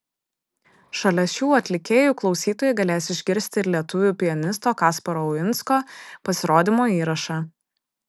šalia šių atlikėjų klausytojai galės išgirsti ir lietuvių pianisto kasparo uinsko pasirodymo įrašą